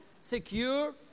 secure